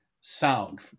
sound